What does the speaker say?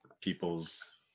People's